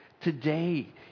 Today